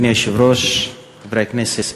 אדוני היושב-ראש, חברי הכנסת,